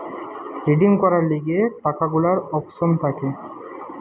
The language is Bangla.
রিডিম করার লিগে টাকা গুলার অপশন থাকে